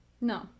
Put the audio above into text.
No